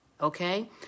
Okay